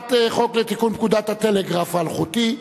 הצעת חוק לתיקון פקודת הטלגרף האלחוטי,